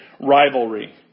rivalry